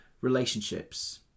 relationships